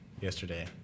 yesterday